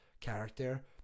character